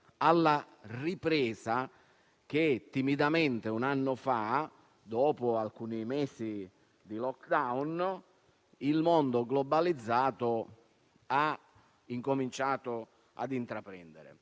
- la ripresa che timidamente un anno fa, dopo alcuni mesi di *lockdown*, il mondo globalizzato ha cominciato a intraprendere.